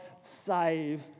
save